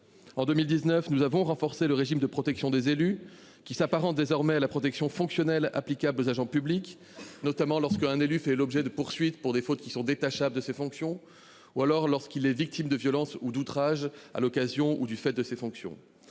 En 2019, nous avons donc renforcé le régime de protection des élus, qui s'apparente désormais à la protection fonctionnelle applicable aux agents publics, notamment lorsqu'un élu fait l'objet de poursuites pour des fautes qui sont détachables de ses fonctions ou lorsqu'il est victime de violences ou d'outrages « à l'occasion ou du fait de ses fonctions